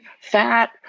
fat